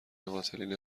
قاتلین